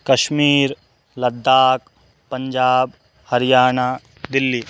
Kashmir Ladakh Punjab Haryana Delhi